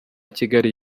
kigali